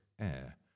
Air